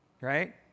Right